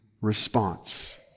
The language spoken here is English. response